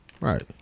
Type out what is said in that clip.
right